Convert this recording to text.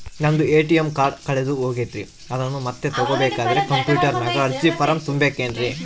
ನಂದು ATM card ಕಳೆದು ಹೋಗೈತ್ರಿ ಅದನ್ನು ಮತ್ತೆ ತಗೋಬೇಕಾದರೆ ಕಂಪ್ಯೂಟರ್ ನಾಗ ಅರ್ಜಿ ಫಾರಂ ತುಂಬಬೇಕನ್ರಿ?